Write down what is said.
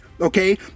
Okay